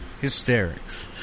Hysterics